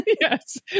Yes